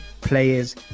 players